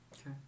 Okay